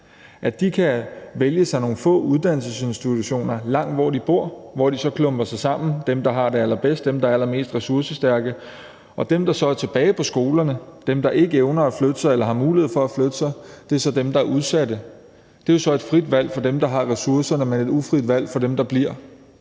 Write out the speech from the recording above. langt, kan vælge nogle få uddannelsesinstitutioner langtfra, hvor de bor, og hvor de, altså dem, der har det allerbedst, og dem, der er allermest ressourcestærke, så klumper sig sammen, mens dem, der så er tilbage på skolerne, altså dem, der ikke evner eller har mulighed for at flytte sig, så er de udsatte? Det er jo så et frit valg for dem, der har ressourcerne, men et ufrit valg for dem, der bliver.